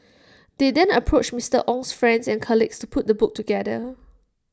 they then approached Mister Ong's friends and colleagues to put the book together